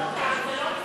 זה לא משרד,